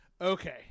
Okay